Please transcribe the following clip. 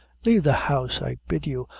lave the house, i bid you.